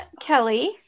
Kelly